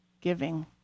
giving